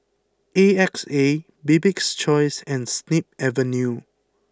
A X A Bibik's choice and Snip Avenue